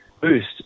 boost